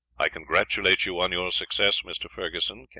i congratulate you on your success, mr. ferguson,